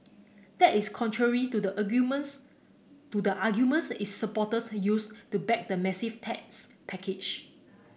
that is contrary to the to the arguments its supporters used to back the massive tax package